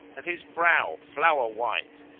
and his brow flower white,